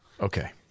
Okay